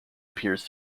appears